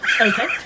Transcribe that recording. Okay